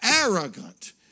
arrogant